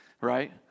right